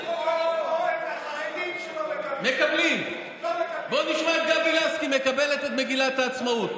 איפה החרדים שלא מקבלים את מגילת העצמאות?